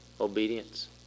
Obedience